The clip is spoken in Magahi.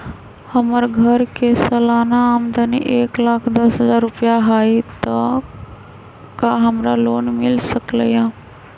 हमर घर के सालाना आमदनी एक लाख दस हजार रुपैया हाई त का हमरा लोन मिल सकलई ह?